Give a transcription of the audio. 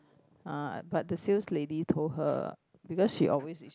uh but the sales lady told her because she always is